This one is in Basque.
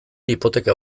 hipoteka